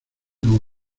como